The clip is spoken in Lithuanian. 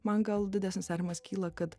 man gal didesnis nerimas kyla kad